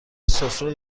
سفره